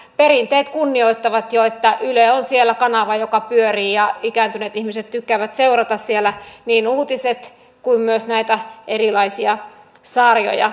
perinteet kunnioittavat jo että yle on siellä kanava joka pyörii ja ikääntyneet ihmiset tykkäävät seurata siellä niin uutisia kuin myös näitä erilaisia sarjoja